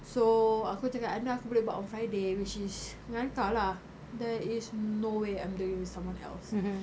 so aku cakap dengan dia aku boleh buat on friday which is dengan kau lah there is no way I'm doing with someone else